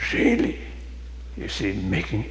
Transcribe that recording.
sheedy you see making